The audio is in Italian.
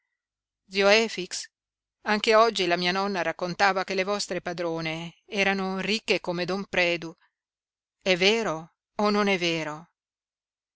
dormire zio efix anche oggi la mia nonna raccontava che le vostre padrone erano ricche come don predu è vero o non è vero